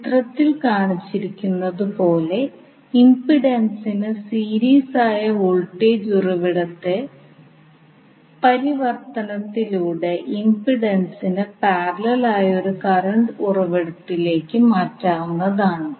ചിത്രത്തിൽ കാണിച്ചിരിക്കുന്നതു പോലെ ഇംപിഡൻസിന് സീരീസ് ആയ വോൾട്ടേജ് ഉറവിടത്തെ പരിവർത്തനത്തിലൂടെ ഇംപിഡൻസിന് പാരലൽ ആയ ഒരു കറണ്ട് ഉറവിടത്തിലേക്ക് മാറ്റാവുന്നതാണ്